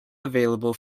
available